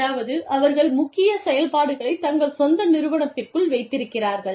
அதாவது அவர்கள் முக்கிய செயல்பாடுகளை தங்கள் சொந்த நிறுவனத்திற்குள் வைத்திருக்கிறார்கள்